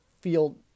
feel